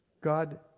God